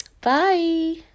Bye